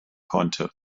konnte